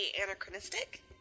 anachronistic